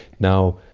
now,